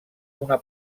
una